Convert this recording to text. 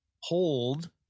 hold